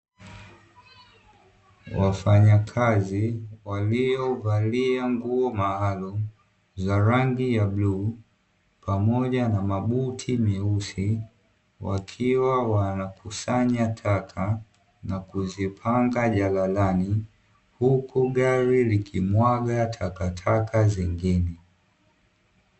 Wafanyakazi waliovalia nguo maalumu za rangi za bluu pamoja na mabuti meusi wakiwa wanakusanya taka na kuzipanga jalalani, huku gari likimwaga takataka zingine.